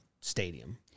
Stadium